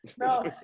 No